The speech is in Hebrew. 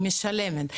כל אולטרסאונד.